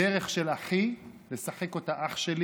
בדרך של אחי, לשחק אותה אח שלי